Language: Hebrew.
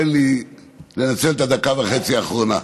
תן לי לנצל את הדקה וחצי האחרונה,